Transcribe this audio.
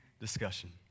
discussion